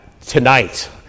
tonight